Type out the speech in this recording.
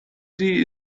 sie